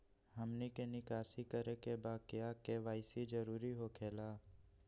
हमनी के निकासी करे के बा क्या के.वाई.सी जरूरी हो खेला?